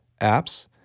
apps